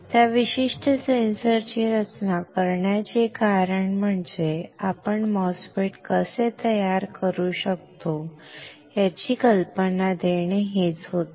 त्या विशिष्ट सेन्सरची रचना करण्याचे कारण म्हणजे आपण MOSFET कसे तयार करू शकतो याची कल्पना देणे हेच होते